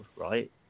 right